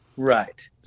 Right